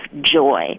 joy